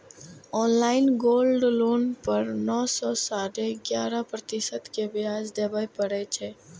online gold loan पर नौ सं साढ़े ग्यारह प्रतिशत के ब्याज देबय पड़ै छै